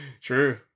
True